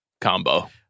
combo